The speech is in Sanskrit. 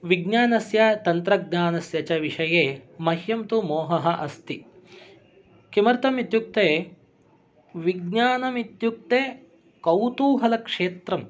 विज्ञानस्य तन्त्रज्ञानस्य च विषये मह्यं तु मोहः अस्ति किमर्थम् इत्युक्ते विज्ञानम् इत्युक्ते कौतूहलक्षेत्रं